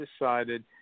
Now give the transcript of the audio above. decided